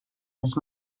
les